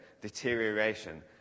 deterioration